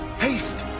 haste.